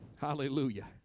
Hallelujah